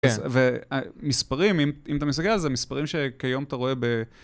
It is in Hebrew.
ומספרים, אם אתה מסוגל, זה מספרים שכיום אתה רואה ב...